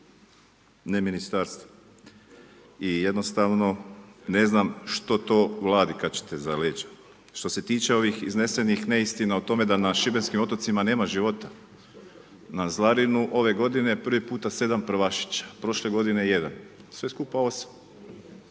ne ministarstvo. I jednostavno ne znam što Vladi kačite za leđa. Što se tiče ovih iznesenih neistina o tome da na šibenskim otocima nema života, na Zlarinu ove godine prvi puta 7 prvašića, prošle godine jedan. Sve skupa 8. Ima